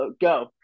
Go